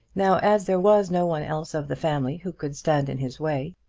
now, as there was no one else of the family who could stand in his way,